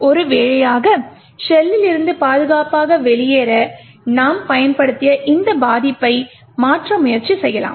ஒரு வேலையாக ஷெல்லிலிருந்து பாதுகாப்பாக வெளியேற நாம் பயன்படுத்திய இந்த பாதிப்பை மாற்ற முயற்சி செய்யலாம்